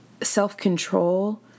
self-control